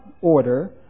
order